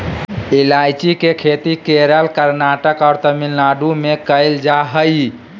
ईलायची के खेती केरल, कर्नाटक और तमिलनाडु में कैल जा हइ